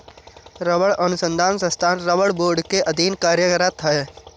रबड़ अनुसंधान संस्थान रबड़ बोर्ड के अधीन कार्यरत है